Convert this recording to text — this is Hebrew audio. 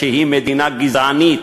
לראות בה מדינה גזענית,